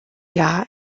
jahr